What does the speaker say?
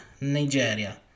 Nigeria